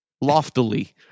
loftily